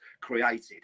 created